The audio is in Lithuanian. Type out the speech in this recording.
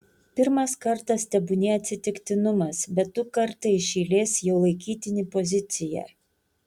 pirmas kartas tebūnie atsitiktinumas bet du kartai iš eilės jau laikytini pozicija